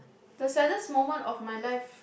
the saddest moment of my life